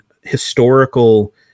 historical